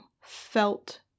felt